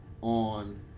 on